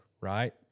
Right